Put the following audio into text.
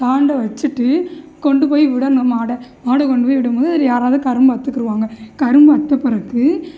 தாண்ட வச்சுட்டு கொண்டு போய் விடணும் மாடை மாடை கொண்டு போய் விடும் போது யாராவது கரும்பை அறுத்துக்குடுவாங்க கரும்பை அறுத்து பிறகு